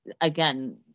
again